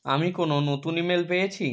আমি কোনও নতুন ইমেল পেয়েছি